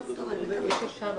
הבקשה של רם שפע?